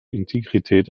integrität